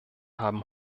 haben